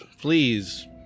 please